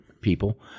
people